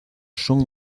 son